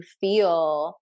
feel